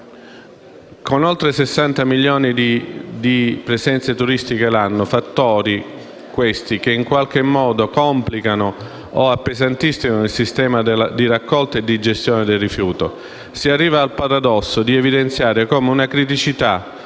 con oltre 60 milioni di presenze turistiche l'anno: un fattore, questo, che in qualche modo complica e appesantisce il sistema di raccolta e di gestione del rifiuto. Si arriva al paradosso di evidenziare come una criticità,